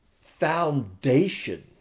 foundation